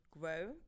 grow